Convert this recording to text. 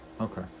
Okay